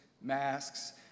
masks